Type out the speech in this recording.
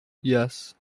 yes